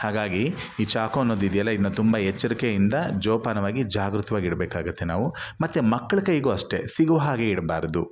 ಹಾಗಾಗಿ ಈ ಚಾಕು ಅನ್ನೋದಿದೆಯಲ್ಲ ಇದನ್ನ ತುಂಬ ಎಚ್ಚರಿಕೆಯಿಂದ ಜೋಪಾನವಾಗಿ ಜಾಗೃತವಾಗಿಡಬೇಕಾಗುತ್ತೆ ನಾವು ಮತ್ತೆ ಮಕ್ಕಳ ಕೈಗೂ ಅಷ್ಟೇ ಸಿಗುವ ಹಾಗೆ ಇಡಬಾರ್ದು